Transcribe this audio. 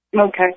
Okay